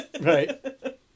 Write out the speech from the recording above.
Right